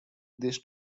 this